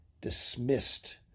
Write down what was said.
dismissed